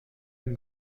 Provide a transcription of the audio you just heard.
une